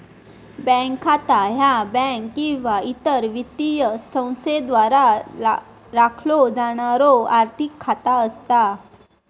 bank खाता ह्या bank किंवा इतर वित्तीय संस्थेद्वारा राखलो जाणारो आर्थिक खाता असता